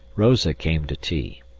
rosa came to tea,